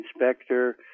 inspector